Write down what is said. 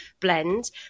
blend